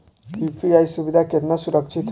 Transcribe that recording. UPI सुविधा केतना सुरक्षित ह?